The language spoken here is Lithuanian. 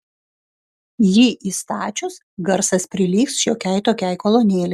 jį įstačius garsas prilygs šiokiai tokiai kolonėlei